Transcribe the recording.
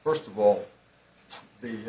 first of all the